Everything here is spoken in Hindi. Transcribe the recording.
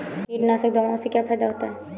कीटनाशक दवाओं से क्या फायदा होता है?